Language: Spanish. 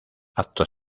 acto